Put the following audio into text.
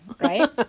Right